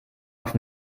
auf